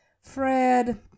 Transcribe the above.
Fred